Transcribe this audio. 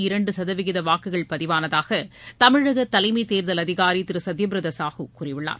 இரண்டு சதவீத வாக்குகள் பதிவானதாக தமிழக தலைமை தேர்தல் அதிகாரி திரு சத்யபிரத சாஹூ கூறியுள்ளார்